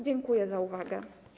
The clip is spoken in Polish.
Dziękuję za uwagę.